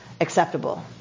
acceptable